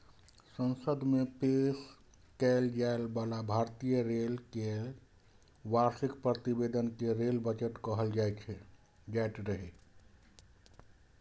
संसद मे पेश कैल जाइ बला भारतीय रेल केर वार्षिक प्रतिवेदन कें रेल बजट कहल जाइत रहै